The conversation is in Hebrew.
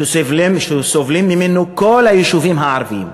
שסובלים ממנו כל היישובים הערביים.